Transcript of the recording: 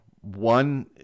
One